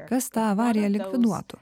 kas tą avariją likviduotų